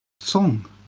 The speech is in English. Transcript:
song